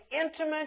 intimate